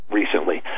recently